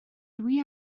dwi